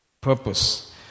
purpose